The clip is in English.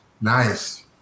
nice